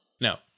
No